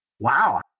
wow